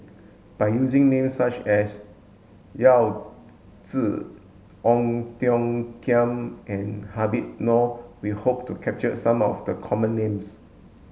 by using names such as Yao Zi Ong Tiong Khiam and Habib Noh we hope to capture some of the common names